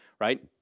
right